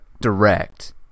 direct